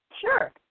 Sure